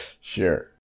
sure